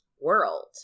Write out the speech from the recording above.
world